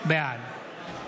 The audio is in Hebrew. בעד